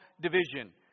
division